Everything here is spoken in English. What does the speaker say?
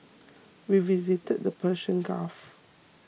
we visited the Persian Gulf